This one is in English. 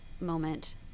moment